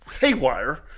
haywire